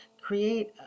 create